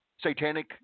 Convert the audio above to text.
satanic